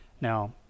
Now